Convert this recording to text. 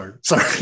Sorry